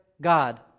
God